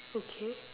okay